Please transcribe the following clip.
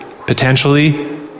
potentially